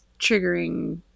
triggering –